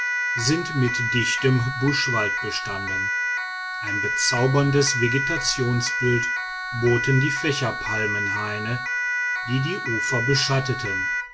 sind mit dichtem buschwald bestanden ein bezauberndes vegetationsbild boten die fächerpalmenhaine die die ufer beschatteten